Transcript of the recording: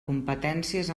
competències